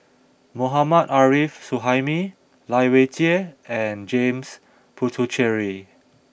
Mohammad Arif Suhaimi Lai Weijie and James Puthucheary